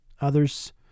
Others